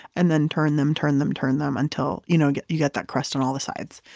and then turn them, turn them, turn them until you know you got that crust on all the sides.